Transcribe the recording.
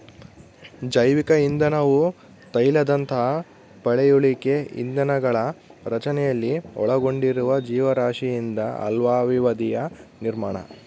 ಜೈವಿಕ ಇಂಧನವು ತೈಲದಂತಹ ಪಳೆಯುಳಿಕೆ ಇಂಧನಗಳ ರಚನೆಯಲ್ಲಿ ಒಳಗೊಂಡಿರುವ ಜೀವರಾಶಿಯಿಂದ ಅಲ್ಪಾವಧಿಯ ನಿರ್ಮಾಣ